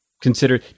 consider